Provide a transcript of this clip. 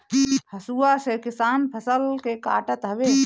हसुआ से किसान फसल के काटत हवे